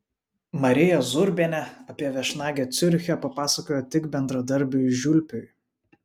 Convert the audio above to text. marija zurbienė apie viešnagę ciuriche papasakojo tik bendradarbiui žiulpiui